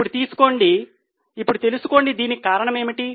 ఇప్పుడు తెలుసుకోండి దీనికి కారణమేమిటి